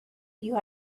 you